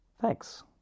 Thanks